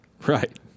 Right